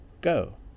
Go